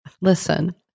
Listen